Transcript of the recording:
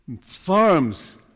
Farms